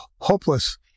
hopeless